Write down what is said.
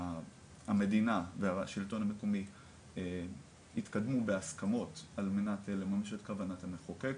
שהמדינה והשלטון המקומי יתקדמו בהסכמות על מנת לממש את כוונת המחוקק,